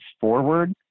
forward